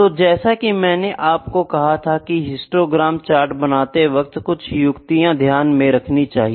तो जैसा की मैंने आपको कहा था की हिस्टोग्राम चार्ट बनाते वक़्त कुछ युक्तियाँ ध्यान में रखनी चाहिए